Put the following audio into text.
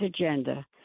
agenda